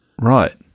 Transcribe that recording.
Right